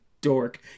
dork